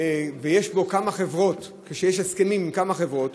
ויש בו כמה חברות, כשיש הסכמים עם כמה חברות,